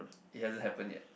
it hasn't happened yet